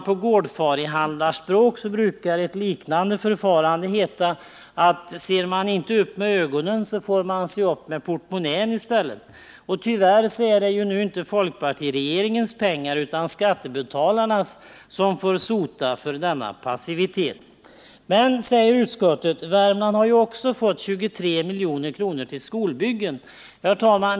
På gårdfarihandlarspråk brukar ett liknande förfarande heta: ”Ser man inte upp med ögonen, så får man se upp med portmonnän i stället.” Tyvärr är det ju inte folkpartiregeringens pengar, utan skattebetalarna får sota för denna passivitet. Men, säger utskottet, Värmland har ju också fått 23 milj.kr. till skolbyggen.